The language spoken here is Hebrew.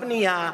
בבנייה,